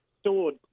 stored